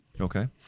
Okay